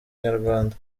nyarwanda